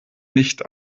nicht